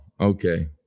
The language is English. Okay